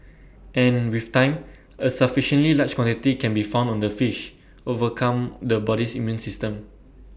and with time A sufficiently large quantity can be found on the fish overcome the body's immune system